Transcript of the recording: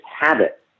habit